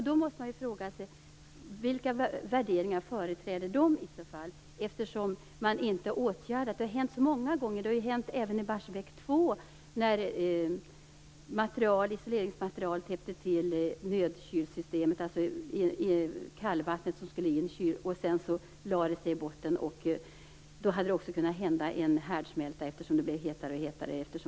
Då måste man fråga sig: Vilka värderingar företräder i så fall SKI, eftersom SKI inte har åtgärdat? Det har ju hänt många gånger. Även i Barsebäck 2 har det inträffat tillbud, när isoleringsmaterial lade sig i botten och täppte igen silarna till nödkylsystemet så att kallvattnet inte kunde komma in. Då hade det också kunnat inträffa en härdsmälta - det blev hetare och hetare.